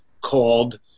called